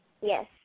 Yes